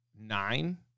nine